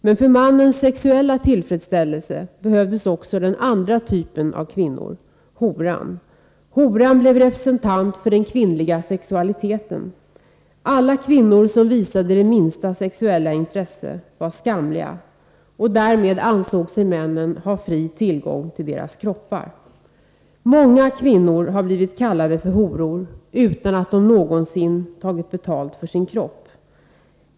Men för mannens sexuella tillfredsställelse behövdes också den andra typen av kvinnor — horan. Horan blev representant för den kvinnliga sexualiteten — alla kvinnor som visade det minsta sexuella intresse var skamliga, och därmed ansåg sig männen ha fri tillgång till deras kroppar. Många kvinnor har blivit kallade för horor — utan att de någonsin tagit betalt för sin kropp.